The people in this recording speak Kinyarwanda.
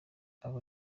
abo